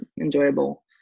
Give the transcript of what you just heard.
enjoyable